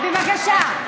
בבקשה.